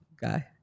guy